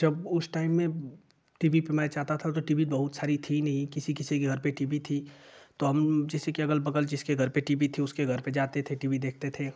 जब उस टाइम में टी वी पर मैच आता था तो टी वी बहुत सारी थी नहीं किसी किसी के घर पे टी वी थी तो हम जैसे की अगल बगल जिसके घर पर टी वी थी उसके घर पर जाते थे टी वी देखते थे